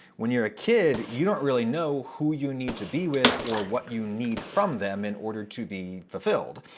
when you're a kid, you don't really know who you need to be with or what you need from them in order to be fulfilled.